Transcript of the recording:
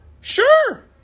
Sure